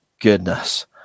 goodness